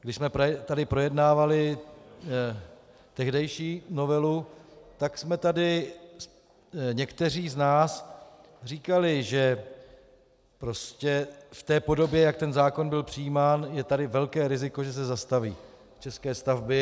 Když jsme tady projednávali tehdejší novelu, tak jsme tady někteří z nás říkali, že prostě v té podobě, jak ten zákon byl přijímán, je tady velké riziko, že se zastaví české stavby.